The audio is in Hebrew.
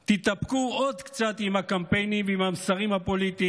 תתאפקו עוד קצת עם הקמפיינים ועם המסרים הפוליטיים,